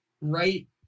Right